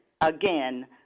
again